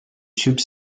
tube